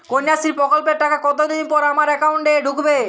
কন্যাশ্রী প্রকল্পের টাকা কতদিন পর আমার অ্যাকাউন্ট এ ঢুকবে?